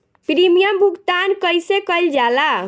Premium भुगतान कइसे कइल जाला?